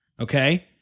okay